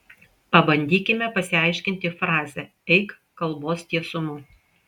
pabandykime pasiaiškinti frazę eik kalbos tiesumu